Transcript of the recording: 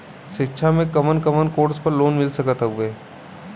शिक्षा मे कवन कवन कोर्स पर लोन मिल सकत हउवे?